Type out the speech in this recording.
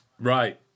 Right